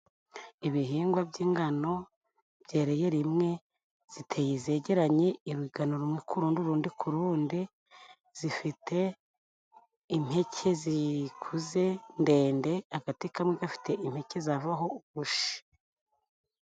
Ibihingwa by'ingano byereye rimwe, ziteye zegeranye urugano rumwe ku rundi urundi ku rundi, zifite impeke zikuze ndende agati kamwe gafite impeke zavaho urushi.